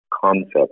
concept